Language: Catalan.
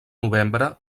novembre